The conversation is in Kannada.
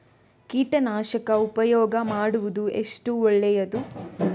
ಕೀಟನಾಶಕ ಉಪಯೋಗ ಮಾಡುವುದು ಎಷ್ಟು ಒಳ್ಳೆಯದು?